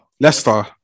Leicester